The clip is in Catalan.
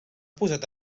posat